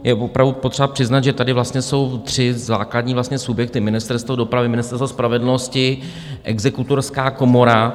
Je opravdu potřeba přiznat, že tady vlastně jsou tři základní subjekty: Ministerstvo dopravy, Ministerstvo spravedlnosti, Exekutorská komora.